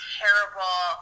terrible